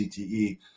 CTE